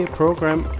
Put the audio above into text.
program